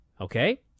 okay